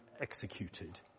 executed